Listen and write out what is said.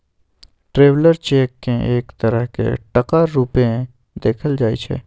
traveller cheque केँ एक तरहक टका रुपेँ देखल जाइ छै